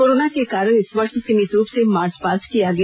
corona के कारण इस वर्ष सीमित रुप से मार्च पास्ट किया गया